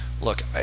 Look